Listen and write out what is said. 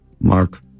Mark